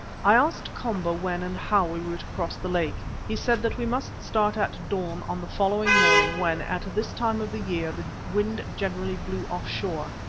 i asked komba when and how we were to cross the lake. he said that we must start at dawn on the following morning when, at this time of the year, the wind generally blew off shore,